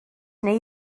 neu